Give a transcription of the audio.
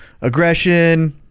aggression